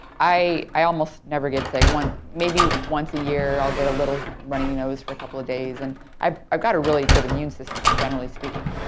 i almost never get sick. maybe once a year, i'll get a little runny nose for a couple of days. and i've i've got a really good immune system generally speaking.